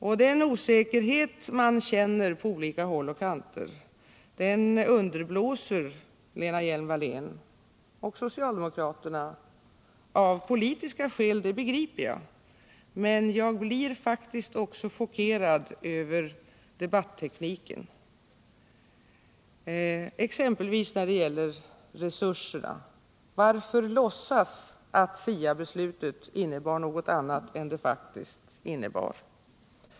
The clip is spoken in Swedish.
Och den osäkerhet man känner på olika håll och kanter underblåser Lena Hjelm-Wallén och socialdemokraterna av politiska skäl, det begriper jag, men jag blir faktiskt också chockerad över debattekniken, exempelvis när det gäller resurserna. Varför låtsas att SIA beslutet innebar något annat än det faktiskt gjorde?